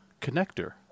connector